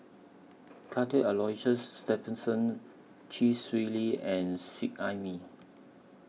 Cuthbert Aloysius Shepherdson Chee Swee Lee and Seet Ai Mee